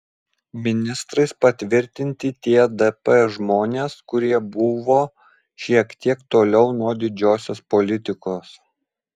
ministrais patvirtinti tie dp žmonės kurie buvo šiek tiek toliau nuo didžiosios politikos